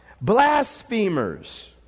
Blasphemers